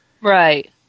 Right